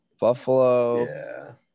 Buffalo